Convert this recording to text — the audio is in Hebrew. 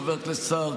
חבר הכנסת סער,